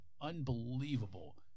unbelievable